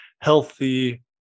healthy